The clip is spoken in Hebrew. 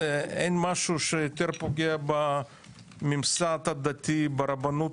אין משהו שיותר פוגע בממסד הדתי ברבנות